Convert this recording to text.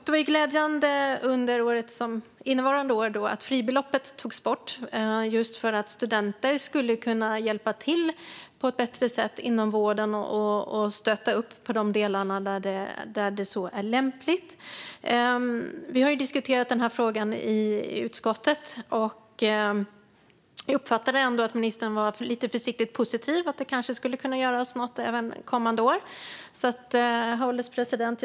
Det var glädjande att fribeloppet togs bort under innevarande år just för att studenter skulle kunna hjälpa till inom vården och stötta i de delar där så är lämpligt. Vi diskuterade frågan i utskottet, och jag uppfattade ändå att ministern var lite försiktigt positiv och att det kanske skulle kunna göras något även kommande år. Herr ålderspresident!